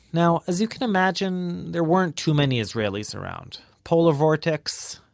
now as you can imagine, there weren't too many israelis around. polar vortex,